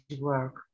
work